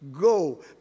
go